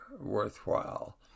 worthwhile